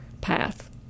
path